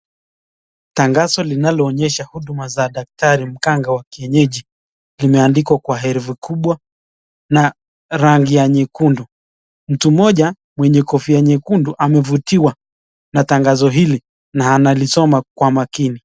Tangazo linaloonyesha huduma za daktari mganga wa kuenyeji, limeandikwa kwa herufi kubwa na rangi ya nyekundu. Mtu mmoja mwenye kofia nyekundu amevutiwa na tangazo hili na anasoma kwa makini.